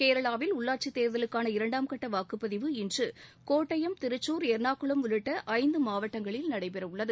கேரளாவில் உள்ளாட்சித் தேர்தலுக்கான இரண்டாம் கட்ட வாக்குப்பதிவு இன்று கோட்டயம் திருச்சூர் எர்ணாக்குளம் உள்ளிட்ட ஐந்து மாவட்டங்களில் நடைபெற உள்ளது